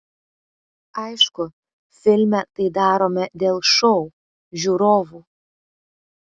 aišku filme tai darome dėl šou žiūrovų